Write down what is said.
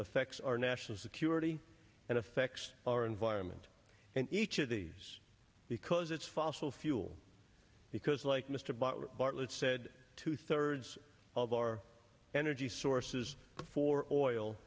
affects our national security and affects our environment and each of these because it's fossil fuel because like mr butler bartlett said two thirds of our energy sources for oil